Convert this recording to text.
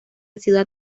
ciudad